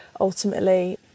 ultimately